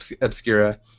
Obscura